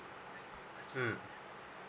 mm